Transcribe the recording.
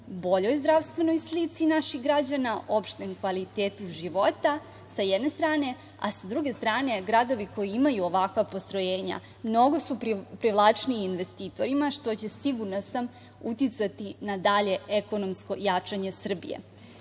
boljoj zdravstvenoj slici naših građana, opštem kvalitetu života sa jedne strane, a sa druge strane, gradovi koji imaju ovakva postrojenja mnogo su privlačniji investitorima, što će, sigurna sam, uticati na dalje ekonomsko jačanje